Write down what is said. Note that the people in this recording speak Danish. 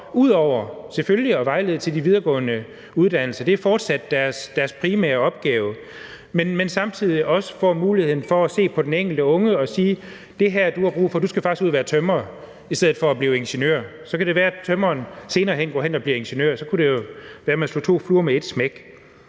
forhold til de videregående uddannelser, for det er fortsat deres primære opgave – at se på den enkelte unge og sige: Du har faktisk brug for at blive tømrer i stedet for at blive ingeniør. Så kan det være, at tømreren senere hen går hen og bliver ingeniør, og så kunne det jo være, at man slog to fluer med ét smæk.